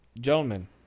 Gentlemen